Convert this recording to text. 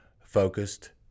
Focused